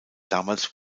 damals